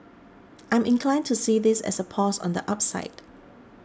I'm inclined to see this as a pause on the upside